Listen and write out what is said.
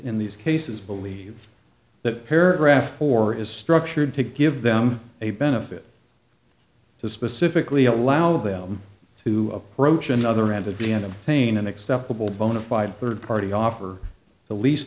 in these cases believe that paragraph four is structured to give them a benefit to specifically allow them to approach another man to be in a pain an acceptable bonafide third party offer the leas